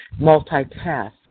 multitask